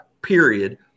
period